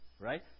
right